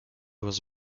was